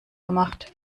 gemacht